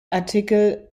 artikel